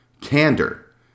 candor